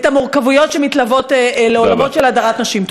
המורכבויות שמתלוות לעולמות של הדרת נשים.